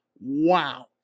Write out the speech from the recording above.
Wow